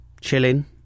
chilling